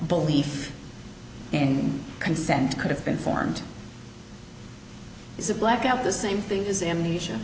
belief and consent could have been formed is a blackout the same thing as amnesia